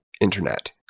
internet